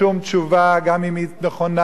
גם אם היא נכונה וגם אם היא צודקת,